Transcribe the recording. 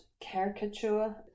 caricature